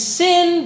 sin